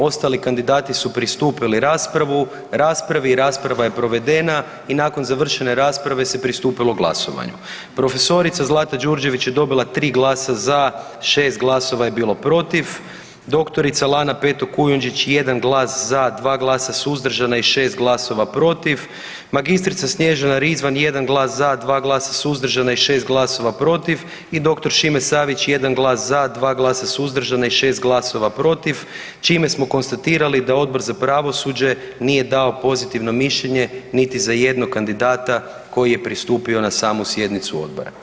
Ostali kandidati su pristupili raspravi i rasprava je provedena i nakon završene rasprave se pristupilo glasovanju. prof. Zlata Đurđević je dobila 3 glasa za, 6 glasova je bilo protiv, dr. Lana Peto Kujundžić 1 glas za, 2 glasa suzdržana i 6 glasova protiv, mag. Snježana Rizvan 1 glas za, 2 glasa suzdržana i 6 glasova protiv i dr. Šime Savić 1 glas za, 2 glasa suzdržana i 6 glasova protiv, čime smo konstatirali da Odbor za pravosuđe nije dao pozitivno mišljenje niti za jednog kandidata koji je pristupio na samu sjednicu odbora.